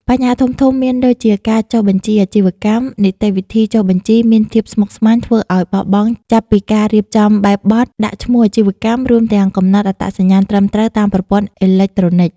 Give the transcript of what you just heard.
បញ្ហាធំៗមានដូចជាការចុះបញ្ជីអាជីវកម្ម នីតិវិធីចុះបញ្ជីមានភាពស្មុគស្មាញធ្វើឲ្យបោះបង់ចាប់ពីការរៀបចំបែបបទ ដាក់ឈ្មោះអាជីវកម្ម រួមទាំងកំណត់អត្តសញ្ញាណត្រឹមត្រូវតាមប្រព័ន្ធអេឡិចត្រូនិក។